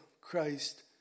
Christ